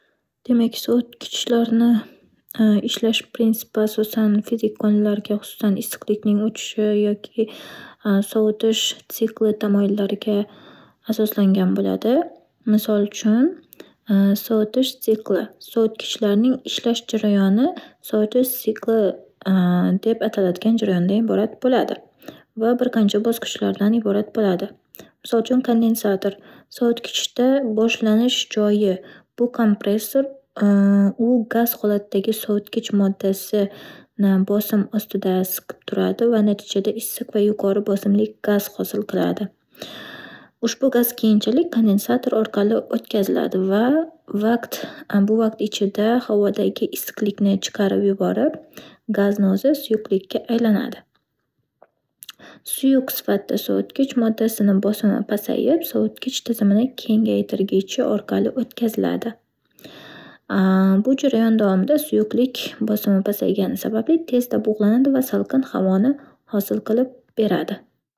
Demak, sovutgichlarni ishlash prinsipi asosan, fizik qonunlarga, xususan, issiqlikning o'tishi yoki sovutish sikli tamoyillariga asoslangan bo'ladi. Misol uchun, sovutish sikli-sovutgichlarning ishlash jarayoni - sovutish sikli deb ataladigan jarayondan iborat bo'ladi va bir qancha bosqichlardan iborat bo'ladi. Misol uchun, kondinsator- sovutgichda boshlanish joyi bu - kompressor u gaz holatidagi sovutgich moddasini bosim ostida siqib turadi va natijada issiq va yuqori bosimli gaz hosil qiladi. Ushbu gaz keyinchalik kondinsator orqali o'tkaziladi va vaqt - bu vaqt ichida havodagi issiqlikni chiqarib yuborib, gazni o'zi suyuqlikka aylanadi. Suyuq sifatda sovutgich moddasini bosimi pasayib, sovutgich tizimini kengaytirgichi orqali o'tkaziladi. Bu jarayon davomida suyuqlik bosimi pasaygani sababli tezda bug'lanadi va salqin havoni hosil qilib beradi.